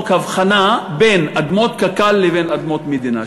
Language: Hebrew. הבחנה בין אדמות קק"ל לבין אדמות מדינה,